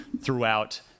throughout